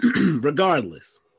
regardless